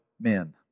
men